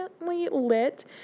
lit